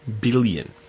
billion